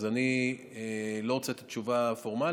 אז אני לא רוצה לתת תשובה פורמלית.